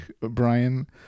Brian